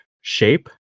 shape